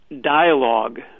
dialogue